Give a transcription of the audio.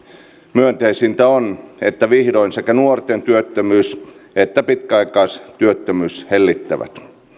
myönteisintä on että vihdoin sekä nuorten työttömyys että pitkäaikaistyöttömyys hellittävät